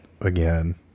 again